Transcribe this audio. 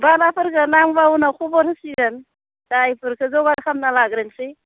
बालाफोरखो नांब्ला उनाव खबर होसिगोन दा एफोरखो जगार खालामना लाग्रोसै